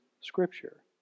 Scripture